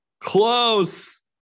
Close